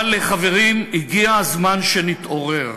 אבל, חברים, הגיע הזמן שנתעורר.